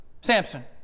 Samson